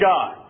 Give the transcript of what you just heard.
God